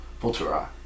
Voltura